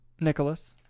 Nicholas